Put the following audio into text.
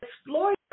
Explore